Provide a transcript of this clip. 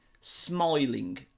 smiling